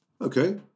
Okay